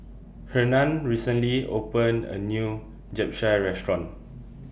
Hernan recently opened A New Japchae Restaurant